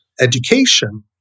education